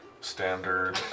standard